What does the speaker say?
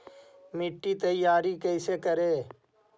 मिट्टी तैयारी कैसे करें?